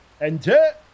Enter